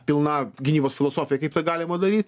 pilna gynybos filosofija kaip tą galima daryt